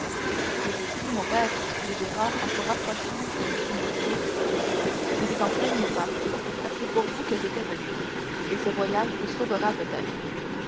si j'y suis mon père dit gérard en se rapprochant de m noirtier ne vous en plaignez pas car c'est pour vous que j'étais venu et ce voyage vous sauvera peut-être